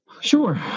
Sure